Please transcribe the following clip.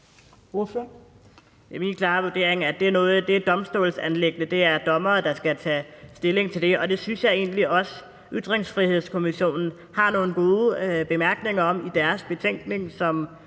Min klare vurdering er, at det er et domstolsanliggende, og at det er dommere, der skal tage stilling til det. Det synes jeg egentlig også Ytringsfrihedskommissionen har nogle gode bemærkninger om i deres betænkning,